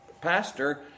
pastor